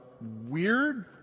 weird